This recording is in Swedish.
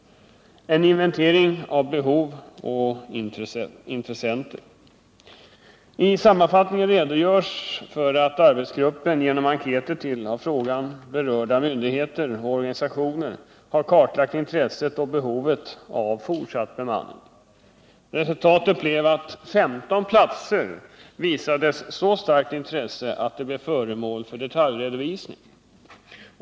En inventering av behov och intressenter.” I sammanfattningen redovisas att arbetsgruppen genom enkäter till av frågan berörda myndigheter och organisationer har kartlagt intresset och behovet av fortsatt bemanning. Resultatet blev att 15 platser visades så starkt intresse att de blev föremål för detaljredovisning.